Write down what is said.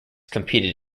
competed